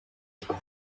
niko